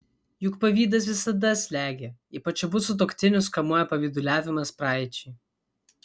juk pavydas visada slegia ypač abu sutuoktinius kamuoja pavyduliavimas praeičiai